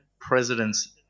President's